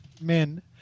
men